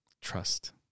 trust